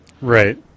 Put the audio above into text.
Right